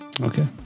Okay